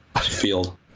Field